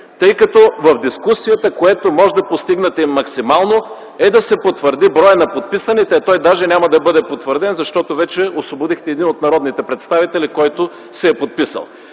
тъй като в дискусията, което можете да постигнете максимално, е да се потвърди броят на подписаните. Той даже няма да бъде потвърден, защото вече освободихте един от народните представители, който се е подписал.